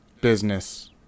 business